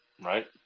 right